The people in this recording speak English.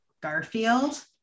Garfield